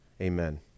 Amen